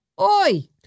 oi